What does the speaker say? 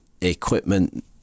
equipment